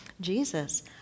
Jesus